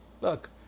look